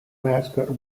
mascot